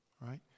right